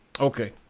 Okay